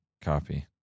Copy